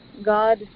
God